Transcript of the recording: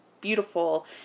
beautiful